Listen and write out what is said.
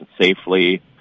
safely